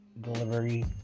delivery